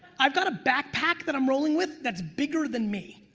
i've got a backpack that i'm rolling with that's bigger than me,